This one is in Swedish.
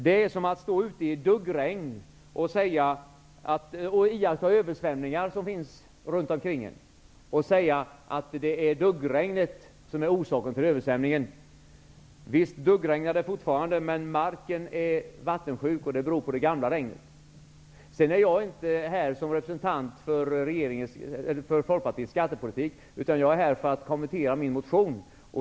Det är som att stå ute i duggregn och iaktta översvämningar som finns runt omkring och säga att det är duggregnet som är orsaken till översvämningen. Visst duggregnar det fortfarande, men marken är vattensjuk, och det beror på det gamla regnet. Jag är inte här som representant för Folkpartiets skattepolitik, utan jag är här för att kommentera min motion.